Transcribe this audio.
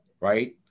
right